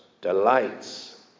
delights